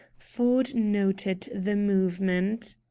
ford noted the movement.